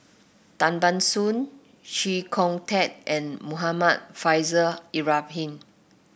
Tan Ban Soon Chee Kong Tet and Muhammad Faishal Ibrahim